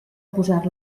posar